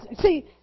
see